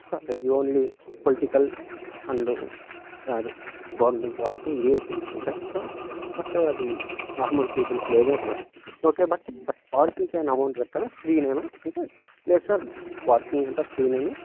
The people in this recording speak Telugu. సార్ ఇది ఓన్లీ పొలిటికల్ అండు అదే గవర్నమెంట్ వాళ్ళకి వీ ఐ పీస్ ఉంటాయి సార్ బట్ అది నార్మల్ పీపుల్కి లేదు అన్నారు ఓకే బట్ బట్ పార్కింగ్కు ఏమన్నా అమౌంట్ కట్టాలా ఫ్రీనేనా అంటే లేదు సార్ పార్కింగ్ అంతా ఫ్రీనే